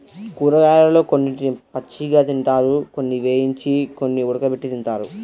కూరగాయలలో కొన్నిటిని పచ్చిగా తింటారు, కొన్ని వేయించి, కొన్ని ఉడకబెట్టి తింటారు